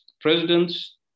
presidents